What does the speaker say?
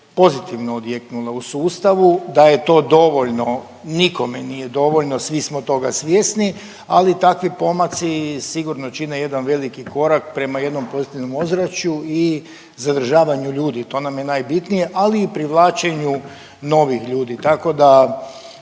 pozitivno odjeknulo u sustavu. Da je to dovoljno, nikome nije dovoljno svi smo toga svjesni, ali takvi pomaci sigurno čine jedan veliki korak prema jednom pozitivnom ozračuju i zadržavanje ljudi. To nam je najbitnije, ali i privlačenju novih ljudi.